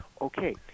Okay